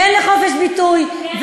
כן לחופש ביטוי,